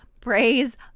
Praise